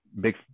big